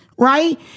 Right